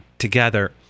together